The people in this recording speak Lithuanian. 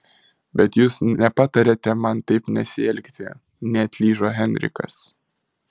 bet jūs nepatariate man taip nesielgti neatlyžo henrikas